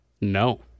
No